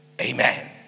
amen